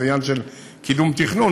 זה עניין של קידום תכנון,